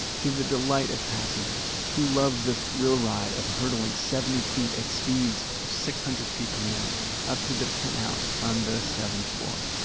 to the delight of passengers who love the thrill ride of hurtling seventy feet at speeds of six hundred feet per minute up to the penthouse, on the seventh floor.